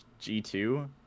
G2